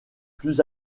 plus